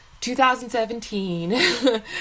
2017